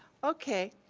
okay,